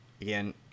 again